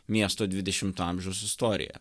miesto dvidešimto amžiaus istorija